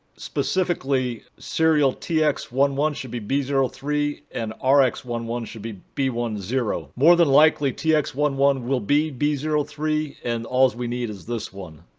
specifically serial t x one one should be b zero three and r x one one should be b one zero. more than likely t x one one will be b zero three and all we need is this one.